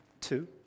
two